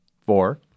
Four